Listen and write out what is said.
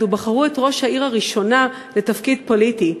ובחרו את ראש העיר הראשונה לתפקיד פוליטי.